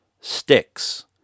sticks